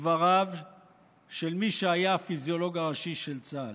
דבריו של מי שהיה הפיזיולוג הראשי של צה"ל.